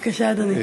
בבקשה, אדוני.